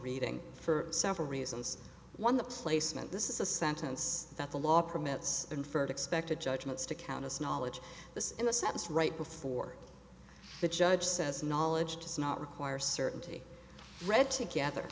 reading for several reasons one the placement this is a sentence that the law permits and first expected judgments to count as knowledge this in the sentence right before the judge says knowledge to say not require certainty read together